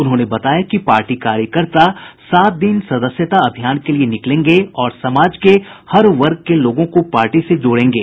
उन्होंने बताया कि पार्टी कार्यकर्ता सात दिन सदस्यता अभियान के लिये निकलेंगे और समाज के हर वर्ग के लोगों को पार्टी से जोड़ेंगे